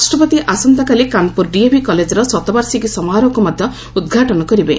ରାଷ୍ଟ୍ରପତି ଆସନ୍ତାକାଲି କାନପୁର ଡିଏଭି କଲେଜ୍ର ଶତବାର୍ଷିକୀ ସମାରୋହକୁ ମଧ୍ୟ ଉଦ୍ଘାଟନ କରିବେ